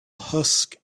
husk